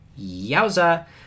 Yowza